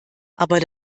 aber